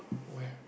where